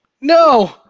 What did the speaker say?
No